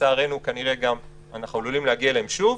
לצערנו כנראה אנחנו עלולים להגיע אליהם שוב.